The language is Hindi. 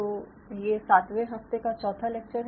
तो ये सातवें हफ्ते का चौथा लेक्चर है